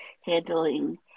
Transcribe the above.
handling